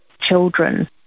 children